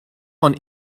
von